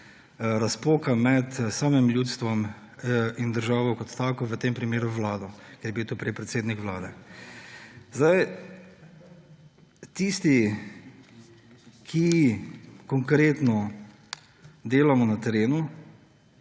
razpoka med samim ljudstvom in državo kot tako, v tem primeru Vlado, ker je bil tu prej predsednik Vlade. Tisti, ki konkretno delamo na terenu,